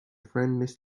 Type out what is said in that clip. friend